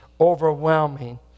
overwhelming